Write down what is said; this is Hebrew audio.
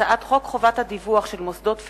הצעת חוק הרשות הלאומית